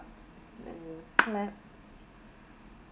and you clap